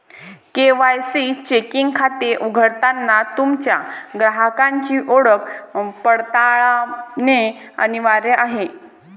KYC checking खाते उघडताना तुमच्या ग्राहकाची ओळख पडताळणे अनिवार्य आहे